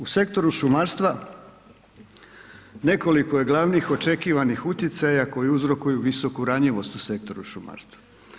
U sektoru šumarstva nekoliko je glavnih očekivanih utjecaja koji uzrokuju visoku ranjivost u sektoru šumarstva.